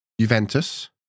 Juventus